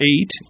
eight